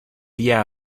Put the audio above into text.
día